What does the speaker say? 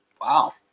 Wow